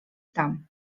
tam